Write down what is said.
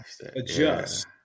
adjust